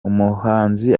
umuhanzi